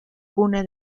cuna